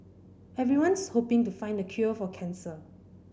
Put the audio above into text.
everyone's hoping to find the cure for cancer